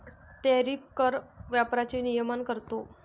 tariff कर व्यापाराचे नियमन करतो